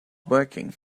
working